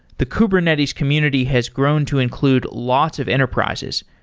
the kubernetes community has grown to include lots of enterprises.